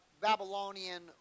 Babylonian